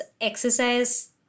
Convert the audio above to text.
exercise